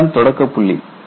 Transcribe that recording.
இதுதான் தொடக்க புள்ளி